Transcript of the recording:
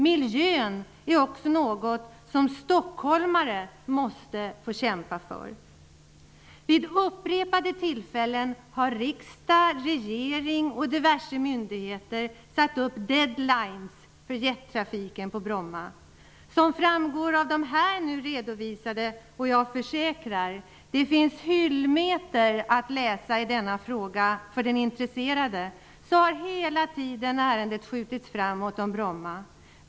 Miljön är också något som stockholmare måste få kämpa för. Vid upprepade tillfällen har riksdag, regering och diverse myndigheter satt upp deadlines för jettrafiken på Bromma. Som framgår av det här nu redovisade -- och jag försäkrar att det finns hyllmeter att läsa i denna fråga för den intresserade -- har ärendet om Bromma hela tiden skjutits framåt.